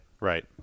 Right